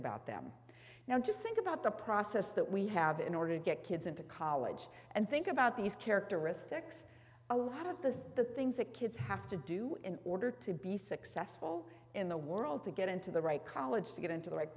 about them now just think about the process that we have in order to get kids into college and think about these characteristics a lot of the the things that kids have to do in order to be successful in the world to get into the right college to get into